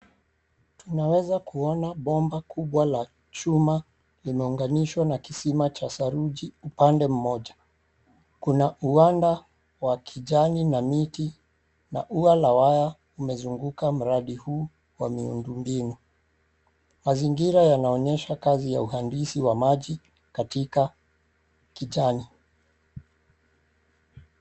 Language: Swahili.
Tunaweza kuona bomba kubwa la chuma limeunganishwa na kisima cha saruji upande mmoja. Kuna uwanda wa kijani na miti na ua la waya umezunguka mradi huu wa miundombinu. Mazingira yanaonyesha kazi ya uhandisi wa maji katika kitani.